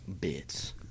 Bits